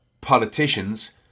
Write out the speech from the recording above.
politicians